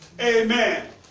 amen